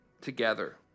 together